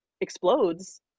explodes